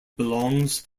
belongs